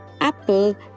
Apple